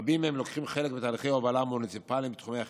רבים מהם לוקחים חלק בתהליכי הובלה מוניציפליים בתחומי החינוך,